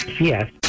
Yes